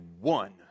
one